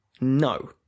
No